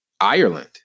Ireland